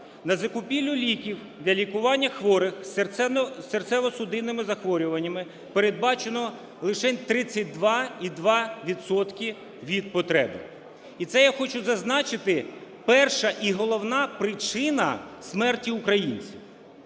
На закупівлю ліків для лікування хворих із серцево-судинними захворюваннями передбачено лишень 32,2 відсотка від потреби. І це я хочу зазначити, перша і головна причина смерті українців.